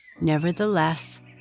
Nevertheless